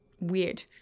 weird